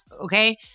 Okay